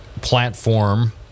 platform